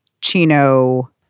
Chino